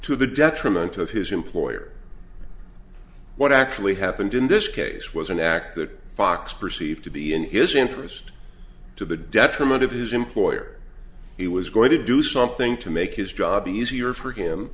to the detriment of his employer what actually happened in this case was an act that fox perceived to be in his interest to the detriment of his employer he was going to do something to make his job easier for him